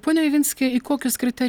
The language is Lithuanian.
pone ivinski į kokius krite